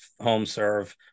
HomeServe